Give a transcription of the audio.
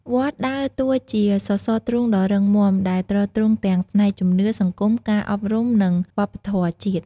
វត្តដើរតួជាសសរទ្រូងដ៏រឹងមាំ ដែលទ្រទ្រង់ទាំងផ្នែកជំនឿ សង្គម ការអប់រំ និងវប្បធម៌ជាតិ។